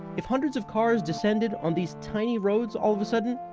if hundreds of cars descended on these tiny roads all of a sudden,